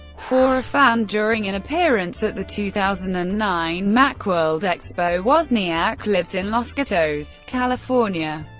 for a fan during an appearance at the two thousand and nine macworld expo wozniak lives in los gatos, california.